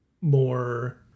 more